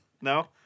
No